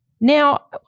now